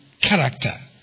character